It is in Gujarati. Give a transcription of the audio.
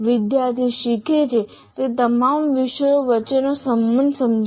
વિદ્યાર્થી શીખે છે તે તમામ વિષયો વચ્ચેનો સંબંધ સમજે છે